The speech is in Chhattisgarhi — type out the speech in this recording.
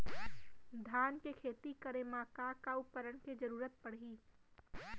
धान के खेती करे मा का का उपकरण के जरूरत पड़हि?